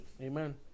Amen